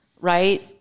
Right